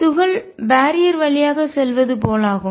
துகள் பேரியர் தடையின் வழியாகச் செல்வது போலாகும்